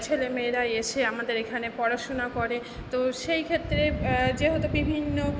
ছেলে মেয়েরা এসে আমাদের এখানে পড়াশুনা করে তো সেই ক্ষেত্রে যেহেতু বিভিন্ন